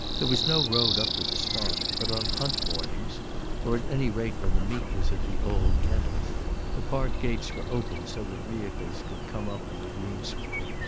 there was no road up to the spot, but on hunt mornings or at any rate when the meet was at the old kennels the park-gates were open so that vehicles could come up on the green sward.